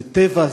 זה טבע,